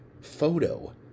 photo